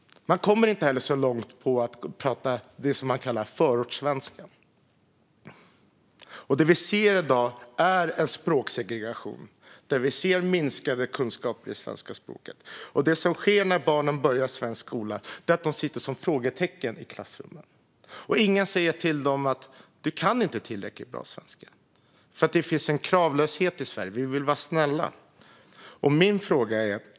Man kommer inte heller så långt på att prata det som kallas förortssvenska. Vi ser i dag en språksegregation, med minskade kunskaper i svenska språket. Och det som sker när barnen börjar i svensk skola är att de sitter som frågetecken i klassrummen. Ingen säger till dem att de inte kan tillräckligt bra svenska, för det finns en kravlöshet i Sverige; vi vill vara snälla. Jag har en fråga.